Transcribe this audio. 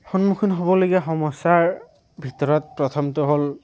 সন্মুখীন হ'বলগীয়া সমস্যাৰ ভিতৰত প্ৰথমটো হ'ল